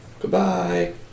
Goodbye